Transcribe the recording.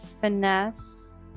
finesse